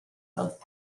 both